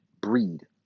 breed